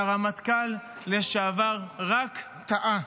שהרמטכ"ל לשעבר רק טעה,